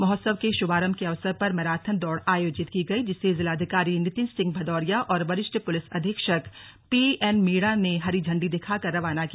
महोत्सव के शुभारंभ के अवसर पर मैराथन दौड़ आयोजित की गई जिसे जिलाधिकारी नितिन सिंह भदौरिया और वरिष्ठ पुलिस अधीक्षक पीएन मीणा ने हरी झण्डी दिखाकर रवाना किया